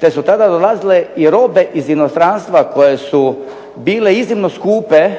te su tada dolazile i robe iz inostranstva koje su bile iznimno skupe